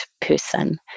person